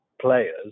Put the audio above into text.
players